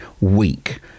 weak